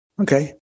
Okay